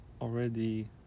already